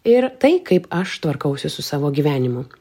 ir tai kaip aš tvarkausi su savo gyvenimu